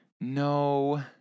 No